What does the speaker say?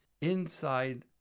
inside